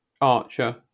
Archer